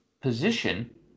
position